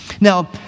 Now